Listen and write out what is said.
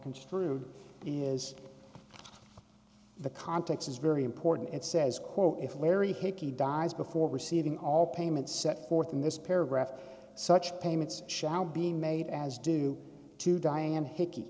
ed is the context is very important it says quote if where hickey dies before receiving all payments set forth in this paragraph such payments shall be made as due to diane hickey